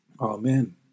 Amen